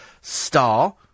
star